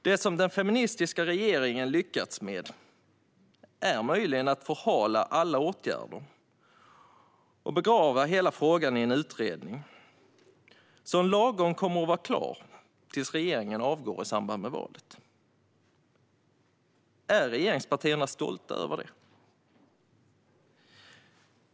Det som den feministiska regeringen har lyckats med är möjligen att förhala alla åtgärder och begrava hela frågan i en utredning, som kommer att vara klar lagom tills regeringen avgår i samband med valet. Är regeringspartierna stolta över det?